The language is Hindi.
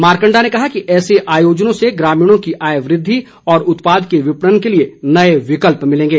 मारकंडा ने कहा कि ऐसे आयोजनों से ग्रामीणों की आय वृद्धि और उत्पाद के विपणन के लिए नए विकल्प मिलेंगे